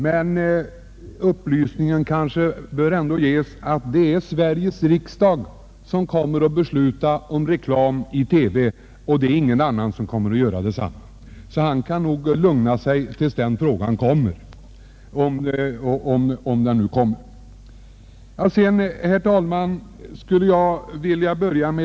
Den upplysningen bör ändå ges att det är Sveriges riksdag och ingen annan som kommer att besluta om reklam i TV; herr Fricsson kan nog lugna sig tills den frågan eventuellt kommer upp till behandling.